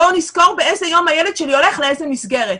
בואו נזכור באיזה יום הילד שלי הולך לאיזו מסגרת.